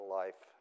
life